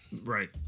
right